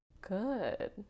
Good